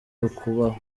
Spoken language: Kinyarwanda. ukubaho